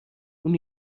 اون